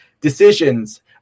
decisions